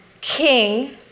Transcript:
king